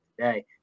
today